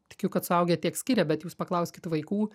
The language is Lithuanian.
tikiu kad suaugę tiek skiria bet jūs paklauskit vaikų